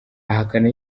ahakana